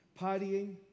partying